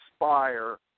inspire